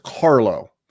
Carlo